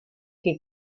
que